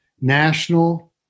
national